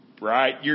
right